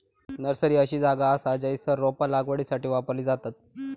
nursery अशी जागा असा जयसर रोपा लागवडीसाठी वापरली जातत